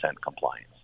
compliance